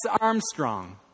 Armstrong